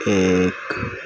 ایک